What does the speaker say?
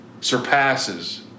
surpasses